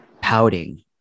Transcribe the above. pouting